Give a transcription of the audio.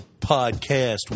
podcast